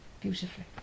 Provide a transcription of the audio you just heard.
beautifully